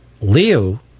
Leo